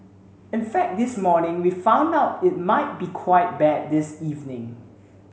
in fact this morning we found out it might be quite bad this evening